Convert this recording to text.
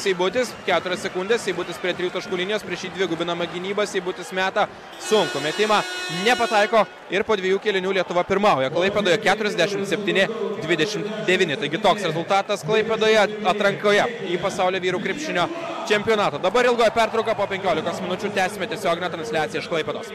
seibutis keturios sekundės seibutis prie tritaškio linijos prieš jį dvigubinama gynyba seibutis meta sunkų metimą nepataiko ir po dviejų kėlinių lietuva pirmauja klaipėdoje keturiasdešimt septyni dvidešimt devyni taigi toks rezultatas klaipėdoje atrankoje į pasaulio vyrų krepšinio čempionatą dabar ilgoji pertrauka po penkiolikos minučių tęsime tiesioginę transliaciją iš klaipėdos